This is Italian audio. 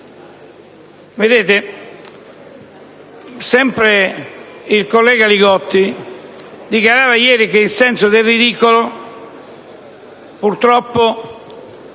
morale. Sempre il collega Li Gotti dichiarava ieri che il senso del ridicolo, purtroppo,